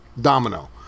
domino